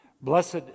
Blessed